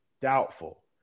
doubtful